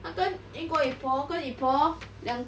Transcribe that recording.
他跟英国 yi po 跟 yi po 两